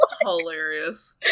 Hilarious